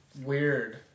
weird